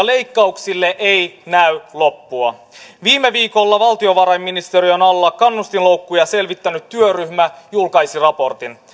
leikkauksille ei näy loppua viime viikolla valtiovarainministeriön alla kannustinloukkuja selvittänyt työryhmä julkaisi raportin